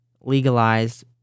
legalized